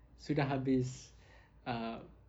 sudah habis err